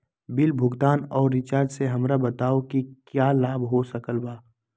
Bill भुगतान और recharge से हमरा बताओ कि क्या लाभ हो सकल बा?